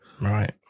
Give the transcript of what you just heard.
Right